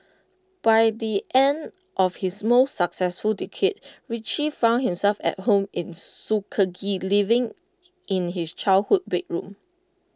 by the end of his most successful decade Richie found himself at home in Tuskegee living in his childhood bedroom